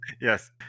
Yes